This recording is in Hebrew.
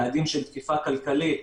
יעדים של תקיפה כלכלית.